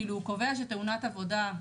כאילו הוא קובע שתאונת עבודה,